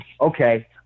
okay